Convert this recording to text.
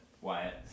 Wyatt